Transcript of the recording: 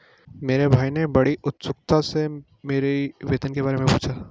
मेरे भाई ने बड़ी उत्सुकता से मेरी वेतन के बारे मे पूछा